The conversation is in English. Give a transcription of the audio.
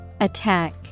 Attack